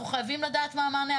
אנחנו חייבים לדעת מה המענה.